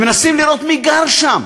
ומנסים לראות מי גר שם,